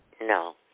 No